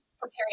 preparing